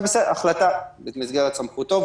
בסדר, החלטה במסגרת סמכותו.